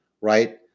right